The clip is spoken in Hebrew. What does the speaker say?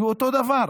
היה אותו הדבר.